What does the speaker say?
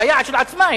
ביעד של עצמה,